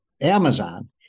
Amazon